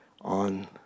on